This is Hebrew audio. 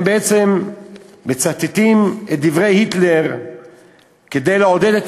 הם בעצם מצטטים את דברי היטלר כדי לעודד את